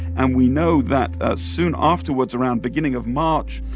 and we know that soon afterwards, around beginning of march,